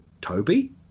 Toby